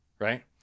Right